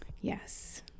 Yes